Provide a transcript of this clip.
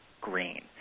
green